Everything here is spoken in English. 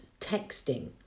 texting